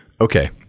Okay